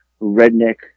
redneck